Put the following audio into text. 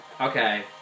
Okay